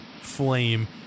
flame